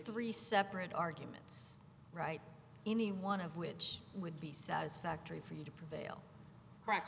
three separate arguments right any one of which would be satisfactory for you to prevail